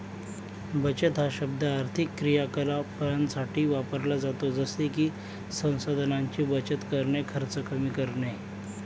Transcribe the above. बचत हा शब्द आर्थिक क्रियाकलापांसाठी वापरला जातो जसे की संसाधनांची बचत करणे, खर्च कमी करणे